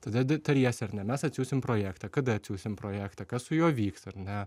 tada tariesi ar ne mes atsiųsim projektą kada atsiųsim projektą kas su juo vyks ar ne